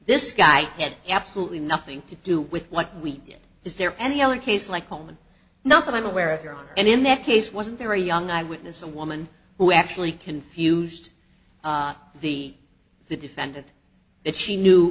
this guy had absolutely nothing to do with what we did is there any other case like home and not that i'm aware of your honor and in that case wasn't there a young eyewitness a woman who actually confused the the defendant that she knew